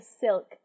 silk